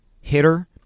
hitter